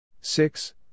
six